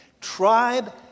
tribe